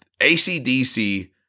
ACDC